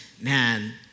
Man